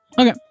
Okay